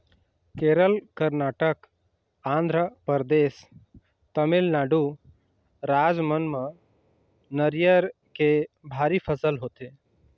केरल, करनाटक, आंध्रपरदेस, तमिलनाडु राज मन म नरियर के भारी फसल होथे